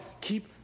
Keep